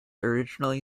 originally